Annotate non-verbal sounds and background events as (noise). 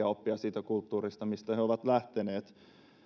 (unintelligible) oppia siitä kulttuurista mistä he ovat lähteneet